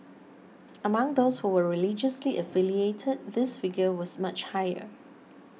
among those who were religiously affiliated this figure was much higher